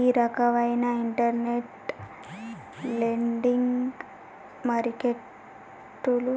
ఈ రకవైన internet lending మారికెట్టులు